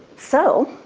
so,